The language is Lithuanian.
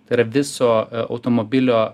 tai yra viso automobilio